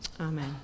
amen